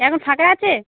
এখন ফাঁকা আছে